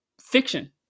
fiction